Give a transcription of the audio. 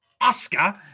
Oscar